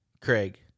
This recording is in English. Craig